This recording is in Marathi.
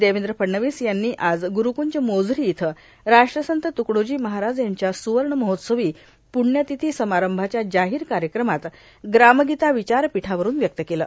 देवेंद्र फडणवीस यांनी आज गुरुकुंज मोझरी इथं राष्ट्रसंत तुकडोजी महाराज यांच्या सुवर्णमहोत्सवी पुण्यतिथी समारंभाच्या जाहीर कार्यक्रमात ग्रामगीता विचारपीठावरून व्यक्त केले